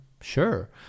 Sure